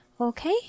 okay